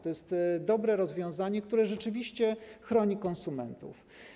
To jest dobre rozwiązanie, które rzeczywiście chroni konsumentów.